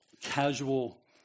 casual